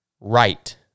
right